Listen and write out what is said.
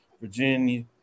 Virginia